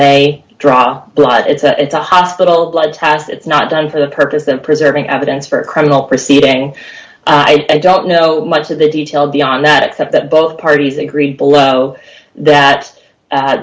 they draw blood it's that it's a hospital blood test it's not done for the purpose of preserving evidence for a criminal proceeding i don't know much of the details beyond that except that both parties agree below that